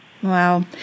Wow